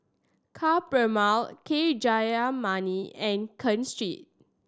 Ka Perumal K Jayamani and Ken Seet